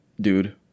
dude